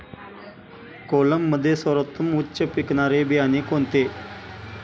कोलममध्ये सर्वोत्तम उच्च पिकणारे बियाणे कोणते?